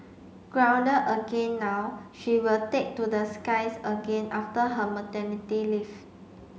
grounded again now she will take to the skies again after her maternity leave